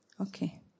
Okay